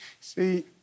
See